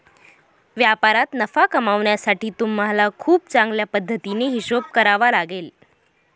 व्यापारात नफा कमावण्यासाठी तुम्हाला खूप चांगल्या पद्धतीने हिशोब करावा लागेल